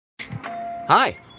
Hi